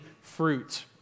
fruit